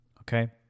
Okay